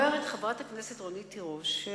אומרת חברת הכנסת רונית תירוש,